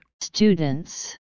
Students